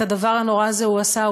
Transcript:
את הדבר הנורא הזה הוא עשה,